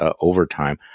Overtime